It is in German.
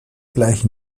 bleich